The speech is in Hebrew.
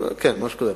כן, משהו כזה.